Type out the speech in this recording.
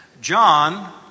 John